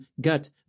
gut